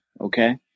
okay